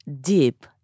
deep